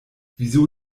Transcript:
wieso